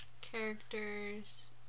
Characters